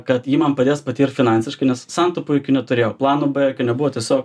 kad ji man padės pati ir finansiškai nes santaupų jokių neturėjau plano b jokio nebuvo tiesiog